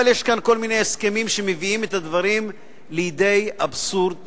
אבל יש כאן כל מיני הסכמים שמביאים את הדברים לידי אבסורד מוחלט,